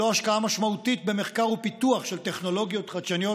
ללא השקעה משמעותית במחקר ופיתוח של טכנולוגיות חדשניות,